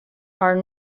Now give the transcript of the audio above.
are